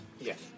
Yes